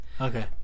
Okay